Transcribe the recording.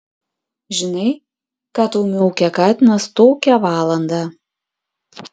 žinai ką tau miaukia katinas tokią valandą